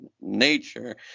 nature